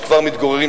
שכבר מתגוררים,